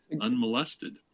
unmolested